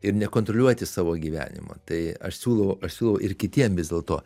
ir nekontroliuoti savo gyvenimo tai aš siūlau aš siūlau ir kitiem vis dėlto